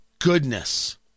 goodness